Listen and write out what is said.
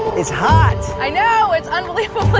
it's hot. i know, it's unbelievably